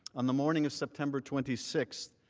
on the morning of september twenty six,